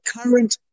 current